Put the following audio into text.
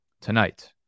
Tonight